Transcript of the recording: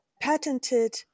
patented